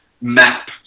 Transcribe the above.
map